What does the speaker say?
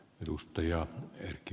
herra puhemies